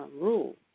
rule